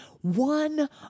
one